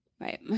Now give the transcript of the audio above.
right